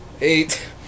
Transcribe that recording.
eight